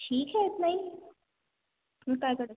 ठीक है इतना ही